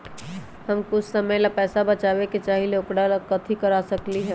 हम कुछ समय ला पैसा बचाबे के चाहईले ओकरा ला की कर सकली ह?